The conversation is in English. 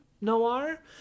noir